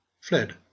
fled